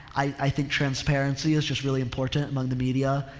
i, i think transparency is just really important among the media.